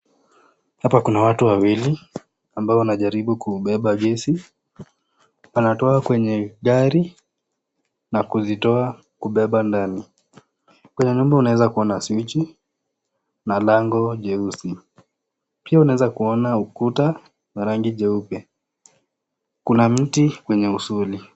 Hapa kuna watu wawili ambao wanajaribu kuubeba gesi, wanatoa kwenye gari na kuzitoa kubeba ndani. Kwenye nyumba unaweza kuona swichi na lango jeusi, pia unaweza kuona ukuta wa rangi jeupe, kuna mti kwenye usuli.